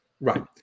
right